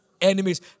enemies